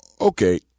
okay